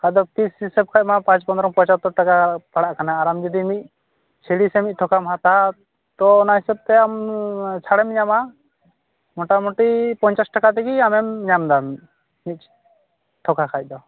ᱟᱫᱚ ᱯᱤᱥ ᱦᱤᱥᱟᱹᱵᱽ ᱠᱷᱟᱱ ᱢᱟ ᱯᱟᱸᱪ ᱯᱚᱸᱫᱽᱨᱚᱝ ᱯᱚᱪᱟᱛᱛᱳᱨ ᱴᱟᱠᱟ ᱯᱟᱲᱟᱜ ᱠᱟᱱᱟ ᱟᱨ ᱟᱢ ᱡᱩᱫᱤ ᱢᱤᱫ ᱥᱤᱲᱤ ᱥᱮ ᱢᱤᱫ ᱛᱷᱚᱠᱟᱢ ᱦᱟᱛᱟᱣᱟ ᱛᱚ ᱚᱱᱟ ᱦᱤᱥᱟᱹᱵᱽ ᱛᱮ ᱟᱢ ᱪᱷᱟᱲᱮᱢ ᱧᱟᱢᱟ ᱢᱚᱴᱟᱢᱩᱴᱤ ᱯᱚᱧᱪᱟᱥ ᱴᱟᱠᱟ ᱛᱮᱜᱮ ᱟᱢᱮᱢ ᱧᱟᱢ ᱮᱫᱟᱢ ᱛᱷᱚᱠᱟ ᱠᱷᱟᱱ ᱫᱚ